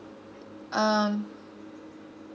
um